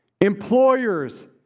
Employers